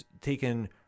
taken